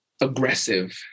aggressive